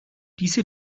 diese